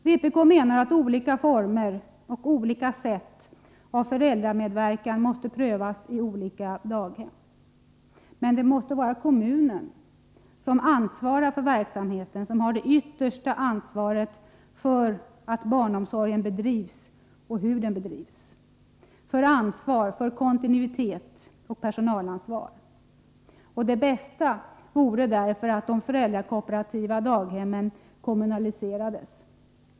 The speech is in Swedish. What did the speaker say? Vpk menar att olika former och olika sätt för föräldramedverkan måste prövas i olika daghem. Men det måste vara kommunen som ansvarar för verksamheten, som har det yttersta ansvaret för att barnomsorgen bedrivs, för hur den bedrivs samt har ansvar för kontinuitet och personalansvar. Det bästa vore därför att de föräldrakooperativa daghemmen kommunaliserades.